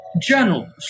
journal